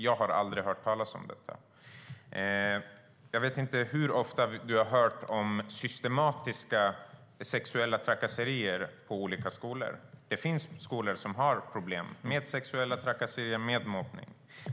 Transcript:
Jag har aldrig hört talas om detta. Jag vet inte hur ofta du har hört talas om systematiska sexuella trakasserier på olika skolor. Det finns skolor som har problem med sexuella trakasserier och mobbning.